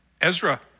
Ezra